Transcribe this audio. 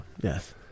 Yes